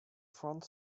front